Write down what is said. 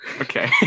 Okay